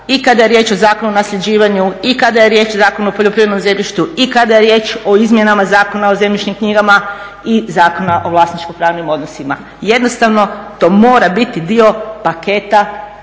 i kada je riječ o Zakonu o nasljeđivanju i kada je riječ o Zakonu o poljoprivrednom zemljištu i kada je riječ o izmjenama Zakona o zemljišnim knjigama i Zakona o vlasničko-pravnim odnosima. Jednostavno to mora biti dio paketa